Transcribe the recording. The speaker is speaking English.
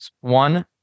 One